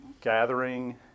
gathering